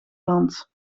land